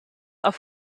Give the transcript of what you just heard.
auch